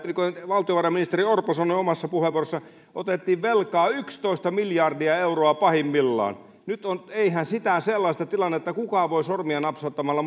valtiovarainministeri orpo sanoi omassa puheenvuorossaan otettiin velkaa yksitoista miljardia euroa pahimmillaan niin eihän sitä sellaista tilannetta kukaan voi sormia napsauttamalla